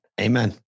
Amen